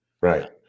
Right